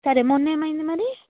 సరే మొన్న ఏమైంది మరి